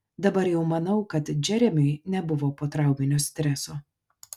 dabar jau manau kad džeremiui nebuvo potrauminio streso